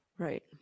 Right